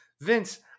Vince